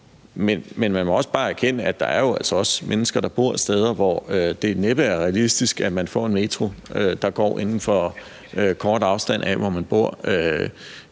Men man må også bare erkende, at der jo altså også er mennesker, der bor steder, hvor det næppe er realistisk, at man får en metro, der går i kort afstand af, hvor man bor.